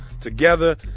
together